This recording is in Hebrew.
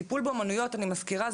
טיפול באומנויות אני מזכירה,